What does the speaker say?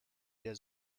der